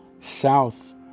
south